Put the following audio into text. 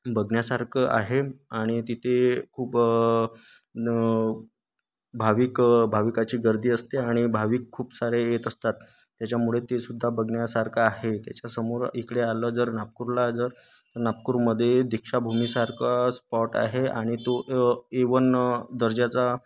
बघण्यासारखं आहे आणि तिथे खूप भाविक भाविकाची गर्दी असते आणि भाविक खूप सारे येत असतात त्याच्यामुळे ते सुद्धा बघण्यासारखं आहे त्याच्यासमोर इकडे आलं जर नागपूरला जर नागपूरमध्ये दीक्षाभूमीसारखा स्पॉट आहे आणि तो इव्हन दर्जाचा